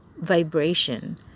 Vibration